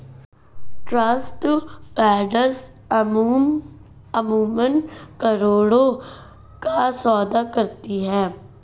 trust funds अमूमन करोड़ों का सौदा करती हैं